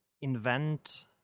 invent